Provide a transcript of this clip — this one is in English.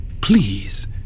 please